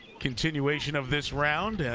continuation of this round.